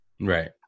Right